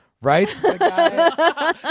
right